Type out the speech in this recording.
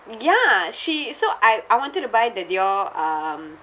ya she so I I wanted to buy the Dior um